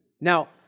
Now